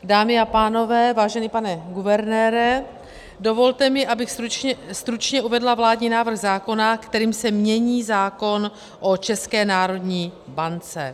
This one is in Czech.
Dámy a pánové, vážený pane guvernére, dovolte mi, abych stručně uvedla vládní návrh zákona, kterým se mění zákon o České národní bance.